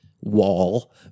wall